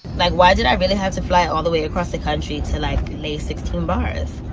like, why did i really have to fly all the way across the country to like sixteen bars?